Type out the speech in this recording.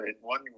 one